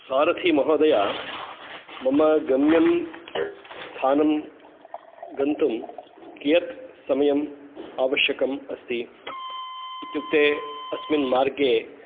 सारथिमहोदय मम गम्यं स्थानं गन्तुं कियत् समयम् आवश्यकम् अस्ति इत्युक्ते अस्मिन् मार्गे